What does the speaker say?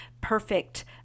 perfect